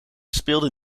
speelde